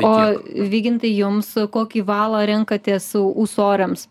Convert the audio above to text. o vygintai jums kokį valą renkatės ū ūsoriams